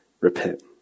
repent